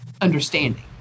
understanding